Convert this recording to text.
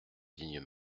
digne